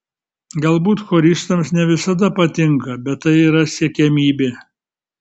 galbūt choristams ne visada patinka bet tai yra siekiamybė